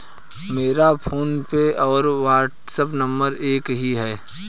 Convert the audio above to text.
मेरा फोनपे और WhatsApp number एक ही है